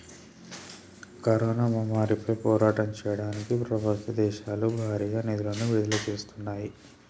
corona మహమ్మారిపై పోరాటం చెయ్యడానికి ప్రపంచ దేశాలు భారీగా నిధులను విడుదల చేత్తన్నాయి